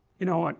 you know, and